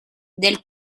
del